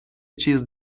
چیز